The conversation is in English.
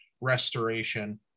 restoration